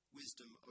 wisdom